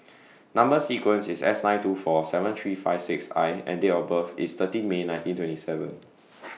Number sequence IS S nine two four seven three five six I and Date of birth IS thirteen May nineteen twenty seven